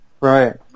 Right